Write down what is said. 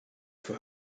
for